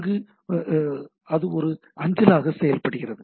அங்கு அது ஒரு அஞ்சலாக செயல்படுகிறது